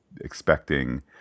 expecting